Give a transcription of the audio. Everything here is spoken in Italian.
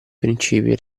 principi